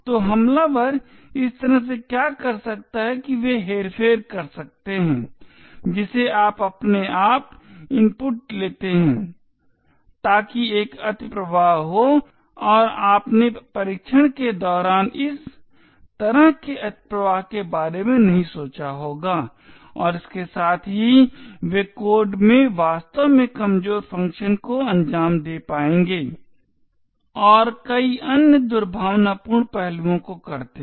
तो हमलावर इस तरह से क्या कर सकते हैं कि वे हेरफेर कर सकते हैं जिसे आप अपने आप इनपुट लेते हैं ताकि एक अतिप्रवाह हो और आपने परीक्षण के दौरान इस तरह के अतिप्रवाह के बारे में नहीं सोचा होगा और इसके साथ ही वे कोड में वास्तव में कमजोर फंक्शनों को अंजाम दे पाएंगे और कई अन्य दुर्भावनापूर्ण पहलुओं को करते हैं